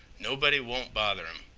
nobody won't bother im.